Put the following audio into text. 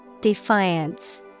Defiance